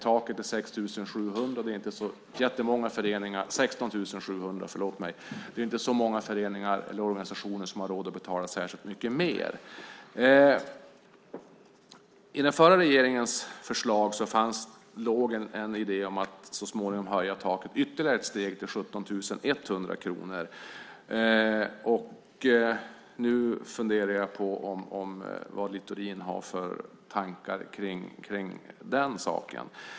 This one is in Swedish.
Taket är 16 700 kronor, och det är inte så jättemånga föreningar eller organisationer som har råd att betala särskilt mycket mer. I den förra regeringens förslag låg en idé om att så småningom höja taket ytterligare ett steg till 17 100 kronor, och nu funderar jag på vad Littorin har för tankar omkring den saken.